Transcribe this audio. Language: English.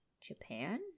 Japan